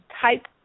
type